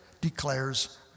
declares